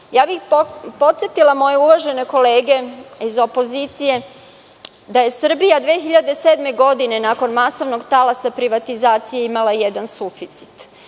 jača. Podsetila bih moje uvažene kolege iz opozicije da je Srbija 2007. godine, nakon masovnog talasa privatizacije, imala jedan suficit.